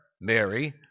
Mary